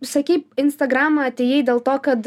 sakei į instagramą atėjai dėl to kad